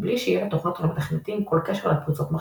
בלי שיהיה לתוכנות או למתכנתים כל קשר לפריצות למחשבים.